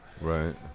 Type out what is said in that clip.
Right